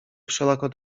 wszelako